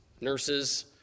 nurses